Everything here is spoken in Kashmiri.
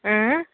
اۭں